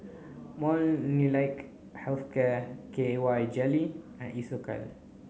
Molnylcke Health Care K Y Jelly and Isocal